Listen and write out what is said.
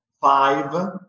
Five